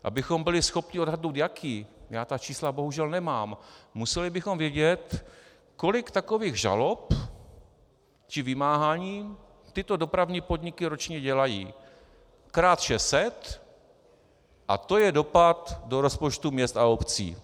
Abychom byli schopni odhadnout jaký, já ta čísla bohužel nemám, museli bychom vědět, kolik takových žalob či vymáhání dopravní podniky ročně dělají, krát 600, a to je dopad do rozpočtu měst a obcí.